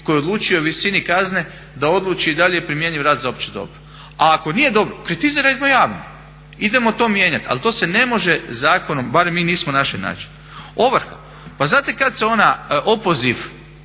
koji odlučuje o visini kazne da odluči i dalje primjenjiv rad za opće dobro. A ako nije dobro kritizirajmo javno, idemo to mijenjati. Ali to se ne može zakonom, barem mi nismo našli način. Ovrha, pa znate kada se opoziv,